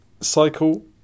cycle